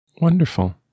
Wonderful